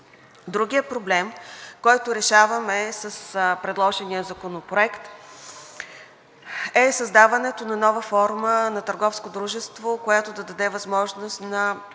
Другият проблем, който решаваме с предложения законопроект, е създаването на нова форма на търговско дружество, която да даде възможност на